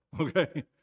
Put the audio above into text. okay